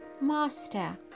master